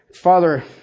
Father